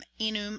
inum